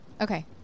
okay